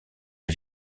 les